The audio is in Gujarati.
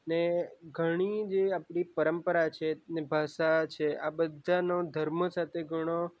ને ઘણી જે આપણી પરંપરા છે ભાષા છે ને આ બધાનો ધર્મ સાથે ઘણો